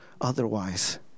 otherwise